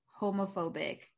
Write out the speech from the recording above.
homophobic